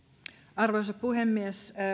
arvoisa puhemies